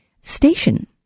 station